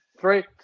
three